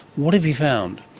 what have you found?